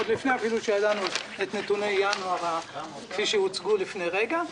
עוד לפני אפילו שידענו את נתוני ינואר כפי שהוצגו לפני רגע,